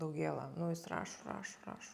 daugėla nu jis rašo rašo rašo